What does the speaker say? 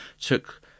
took